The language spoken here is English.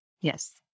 Yes